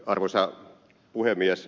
arvoisa puhemies